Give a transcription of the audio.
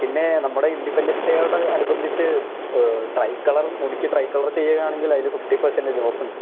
പിന്നെ നമ്മുടെ ഇൻഡിപെൻഡൻസ് ഡേയോട് അനുബന്ധിച്ച് ട്രൈ കളറ് മുടിക്ക് ട്രൈ കളറ് ചെയ്യാണമെങ്കിൽ അതിൽ ഫിഫ്റ്റി പെർസെൻറ്റേജ് ഓഫുണ്ട്